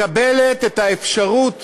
מקבלת את האפשרות